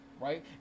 right